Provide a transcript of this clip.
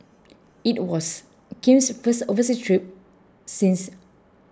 it was Kim's first overseas trip since